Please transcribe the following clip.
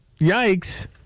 yikes